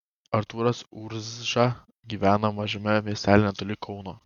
artūras urža gyvena mažame miestelyje netoli kauno